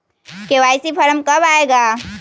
KYC form कब आए गा?